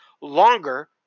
longer